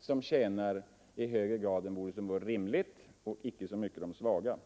som tjänar på bidragen i högre grad än som vore rimligt, och icke så mycket de svaga.